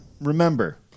remember